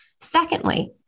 Secondly